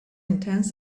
intense